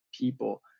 people